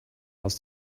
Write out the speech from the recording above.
aus